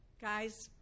guys